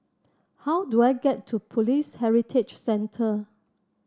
how do I get to Police Heritage Centre